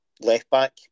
left-back